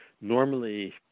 Normally